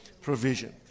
provision